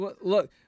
Look